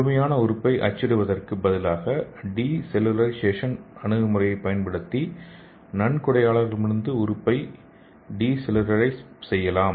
முழுமையான உறுப்பை அச்சிடுவதற்கு பதிலாக டி செல்லுலரைசேஷன் அணுகுமுறையைப் பயன்படுத்தி நன்கொடையாளரிடமிருந்து உறுப்பை டி செல்லுலரைஸ் செய்யலாம்